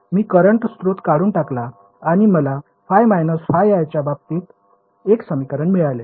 मी current स्त्रोत काढून टाकला आणि मला ϕ ϕi च्या बाबतीत एक समीकरण मिळाले